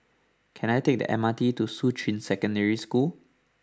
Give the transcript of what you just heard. can I take the M R T to Shuqun Secondary School